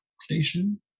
station